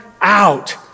out